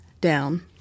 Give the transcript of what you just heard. down